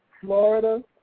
Florida